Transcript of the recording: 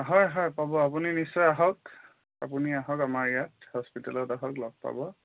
হয় হয় পাব আপুনি নিশ্চয় আহক আপুনি আহক আমাৰ ইয়াত হস্পিটেলত আহক লগ পাব